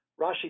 Rashi